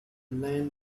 land